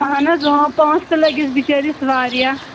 اہن حظ اۭں پونٛسہٕ تہِ لٔگِس بِچٲرس واریاہ